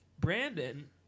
Brandon